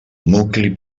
nucli